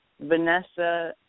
Vanessa